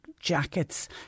Jackets